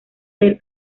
del